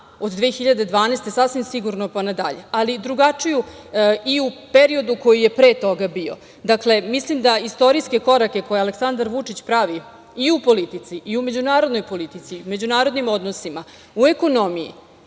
od 2012. godine sasvim sigurno, pa nadalje, ali drugačije i u periodu koji je pre toga bio. Dakle, mislim da istorijske korake koje Aleksandar Vučić pravi i u međunarodnoj politici, međunarodnim odnosima, u ekonomiji,